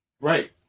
Right